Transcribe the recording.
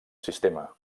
sistema